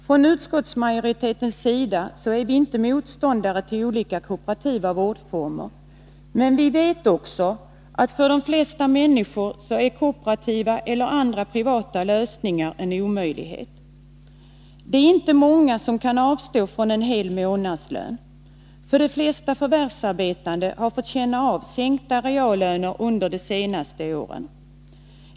Från utskottsmajoritetens sida är vi inte motståndare till olika kooperativa vårdformer, men vi vet också att kooperativa lösningar eller andra privata lösningar för de flesta människor är en omöjlighet. Det är inte många som kan avstå från en hel månadslön. De flesta förvärvsarbetande har fått känna av sänkta reallöner under de senaste åren.